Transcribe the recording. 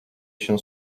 się